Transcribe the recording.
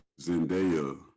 Zendaya